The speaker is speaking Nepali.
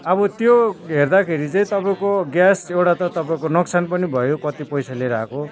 अब त्यो हेर्दाखेरि चाहिँ तपाईँको ग्यास एउटा त तपाईँको नोक्सान पनि भयो कति पैसा लिएर आएको